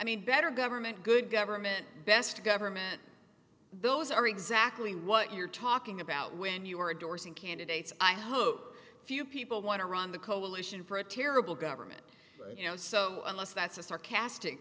mean better government good government best government those are exactly what you're talking about when you were a dorsenne candidates i hope few people want to run the coalition for a terrible government you know so unless that's a sarcasti